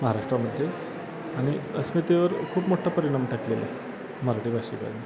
महाराष्ट्रामध्ये आणि अस्मितेवर खूप मोठा परिणाम टाकलेला आहे मराठी भाषिकांनी